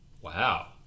Wow